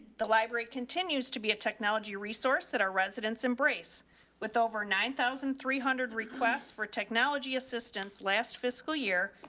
the library continues to be a technology resource that our residents embrace with over nine thousand three hundred requests for technology assistance last fiscal year.